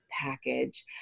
package